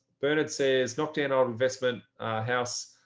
bernard says knocked in our investment house,